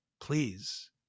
please